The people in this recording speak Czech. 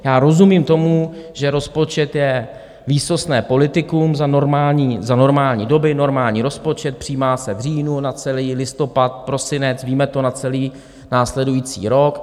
Já rozumím tomu, že rozpočet je výsostné politikum, za normální doby normální rozpočet, přijímá se v říjnu na celý listopad, prosinec, víme to na celý následující rok.